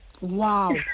Wow